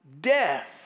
Death